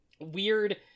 weird